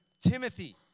Timothy